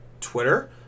Twitter